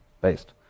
based